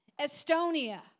Estonia